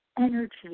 energy